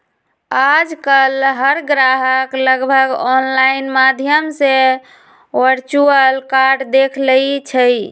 आजकल हर ग्राहक लगभग ऑनलाइन माध्यम से वर्चुअल कार्ड देख लेई छई